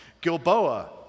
Gilboa